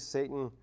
Satan